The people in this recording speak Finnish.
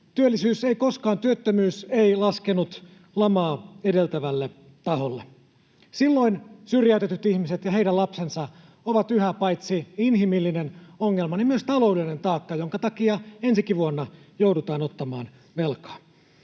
Työllisyys ei koskaan noussut, työttömyys ei laskenut lamaa edeltävälle tasolle. Silloin syrjäytetyt ihmiset ja heidän lapsensa ovat yhä paitsi inhimillinen ongelma myös taloudellinen taakka, jonka takia ensikin vuonna joudutaan ottamaan velkaa.